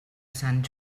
sant